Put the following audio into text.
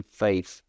faith